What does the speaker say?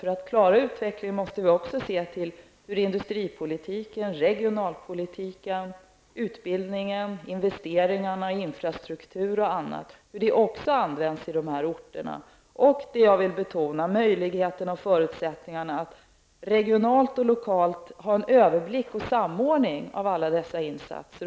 För att klara av utvecklingen måste vi också se hur industripolitiken, regionalpolitiken, utbildningen och investeringarna i infrastruktur gestaltar sig på de berörda orterna. Jag vill också betona behovet av att regionalt och lokalt ha en överblick över och samordning av alla dessa insatser.